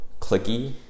clicky